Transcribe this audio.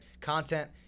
content